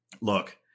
look